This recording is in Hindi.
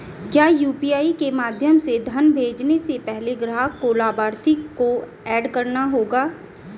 क्या यू.पी.आई के माध्यम से धन भेजने से पहले ग्राहक को लाभार्थी को एड करना होगा?